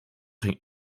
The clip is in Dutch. ging